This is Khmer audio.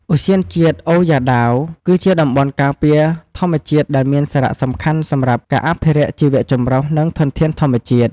ឧទ្យានជាតិអូរយ៉ាដាវ គឺជាតំបន់ការពារធម្មជាតិដែលមានសារៈសំខាន់សម្រាប់ការអភិរក្សជីវៈចម្រុះ និងធនធានធម្មជាតិ។